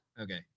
okay